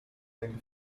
einen